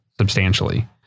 substantially